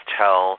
tell